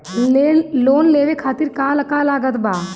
Loan लेवे खातिर का का लागत ब?